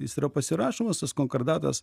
jis yra pasirašomas tas konkordatas